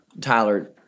Tyler